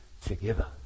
together